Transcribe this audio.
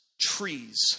trees